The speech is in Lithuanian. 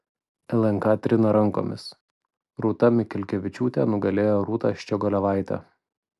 lnk trina rankomis rūta mikelkevičiūtė nugalėjo rūtą ščiogolevaitę